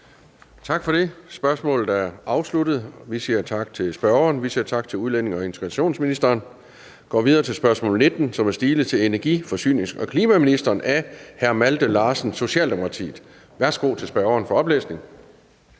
Tak for det. Spørgsmålet er afsluttet, og vi siger tak til spørgeren og til udlændinge- og integrationsministeren. Vi går videre til spørgsmål 19, som er stilet til energi-, forsynings- og klimaministeren af hr. Malte Larsen, Socialdemokratiet. Kl. 15:00 Spm. nr.